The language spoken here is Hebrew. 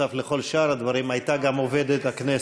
נוסף על כל שאר הדברים, הייתה עובדת הכנסת.